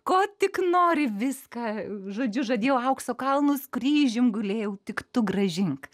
ko tik nori viską žodžiu žadėjau aukso kalnus kryžium gulėjau tik tu grąžink